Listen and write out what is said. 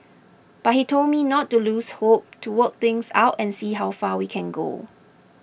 but he told me not to lose hope to work things out and see how far we can go